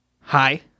hi